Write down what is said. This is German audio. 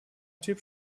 typ